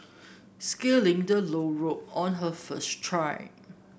scaling the low rope on her first try